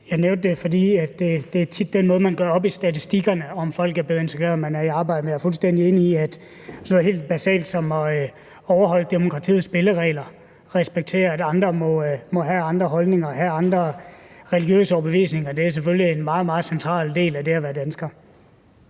Jeg nævnte det, fordi det tit er den måde, man gør det op på i statistikkerne, om folk er blevet integreret – altså at se på, om de er i arbejde. Men jeg er fuldstændig enig i, at sådan noget helt basalt som at overholde demokratiets spilleregler og respektere, at andre må have andre holdninger og have andre religiøse overbevisninger, selvfølgelig er en meget, meget central del af det at være dansker.